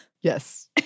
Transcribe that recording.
Yes